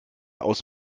aus